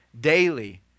daily